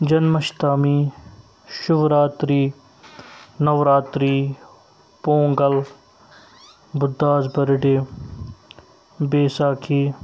جَنمَشتامی Shivratri Navratri Pongal Buddha's birthday Baisakhi